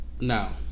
Now